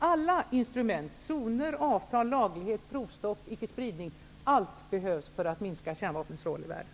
Alla instrument -- zoner, avtal, laglighet, provstopp och icke-spridningsavtal -- behövs för att minska kärnvapnens roll i världen.